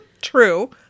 True